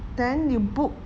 then you book